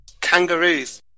Kangaroos